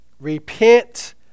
repent